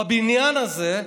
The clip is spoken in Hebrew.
בבניין הזה,